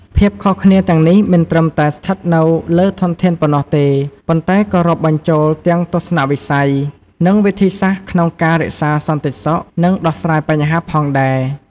ភាពខុសគ្នាទាំងនេះមិនត្រឹមតែស្ថិតនៅលើធនធានប៉ុណ្ណោះទេ ប៉ុន្តែក៏រាប់បញ្ចូលទាំងទស្សនវិស័យ និងវិធីសាស្ត្រក្នុងការរក្សាសន្តិសុខ និងដោះស្រាយបញ្ហាផងដែរ។